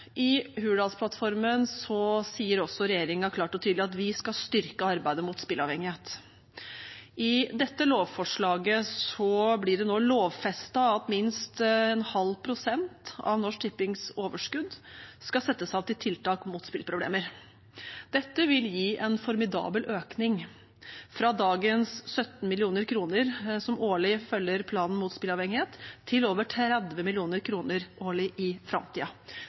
I Hurdalsplattformen sier regjeringen klart og tydelig at vi skal styrke arbeidet mot spillavhengighet. I dette lovforslaget blir det nå lovfestet at minst 0,5 pst. av Norsk Tippings overskudd skal settes av til tiltak mot spilleproblemer. Dette vil gi en formidabel økning, fra dagens 17 mill. kr som årlig følger planen mot spillavhengighet, til over 30 mill. kr årlig i